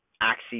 axis